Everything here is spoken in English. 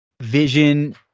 Vision